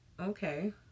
Okay